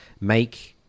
make